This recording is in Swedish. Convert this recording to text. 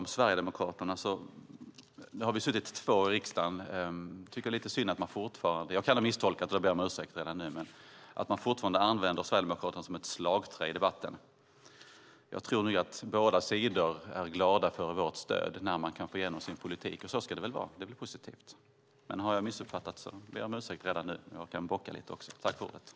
Vi sverigedemokrater har nu suttit i riksdagen i två år - jag kan, som sagt, ha gjort en misstolkning och ber i så fall redan nu om ursäkt för det - men fortfarande använder man Sverigedemokraterna som ett slagträ i debatten. Jag tror att båda sidor är glada över vårt stöd när man kan få igenom sin politik. Och så ska det väl vara, så det är väl positivt. Men har jag missuppfattat ber jag alltså redan nu om ursäkt. Jag kan också bocka lite grann.